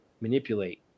manipulate